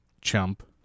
Chump